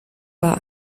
war